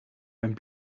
mijn